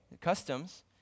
customs